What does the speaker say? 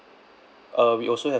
uh we also have